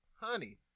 honey